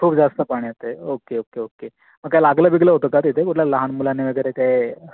खूप जास्त पाणी येतं आहे ओके ओके ओके मग काय लागला बिगलं होतं का तिथे कुठल्या लहान मुलाने वगैरे ते